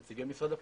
נציגי משרד הפנים.